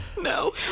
No